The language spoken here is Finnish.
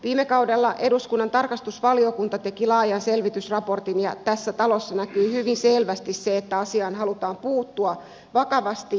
viime kaudella eduskunnan tarkastusvaliokunta teki laajan selvitysraportin ja tässä talossa näkyy hyvin selvästi se että asiaan halutaan puuttua vakavasti